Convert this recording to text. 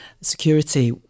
Security